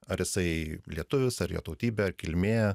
ar jisai lietuvis ar jo tautybė ar kilmė